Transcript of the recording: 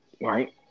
Right